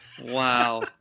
Wow